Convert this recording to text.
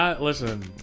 listen